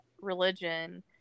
religion